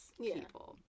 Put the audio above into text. people